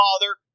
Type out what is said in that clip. Father